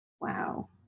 wow